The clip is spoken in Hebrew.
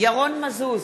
ירון מזוז,